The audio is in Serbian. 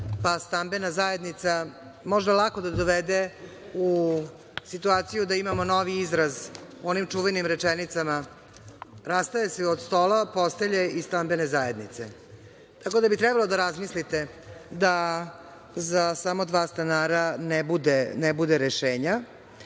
pa stambena zajednica, može lako da dovede u situaciju da imamo novi izraz u onim čuvenim rečenicama – Rastaje se od stola, postelje i stambene zajednice, tako da bi trebalo da razmislite da za samo dva stanara ne bude rešenja. Ovaj